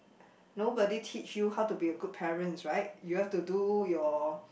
nobody teach you how to be a good parents right you have to do your